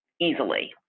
easily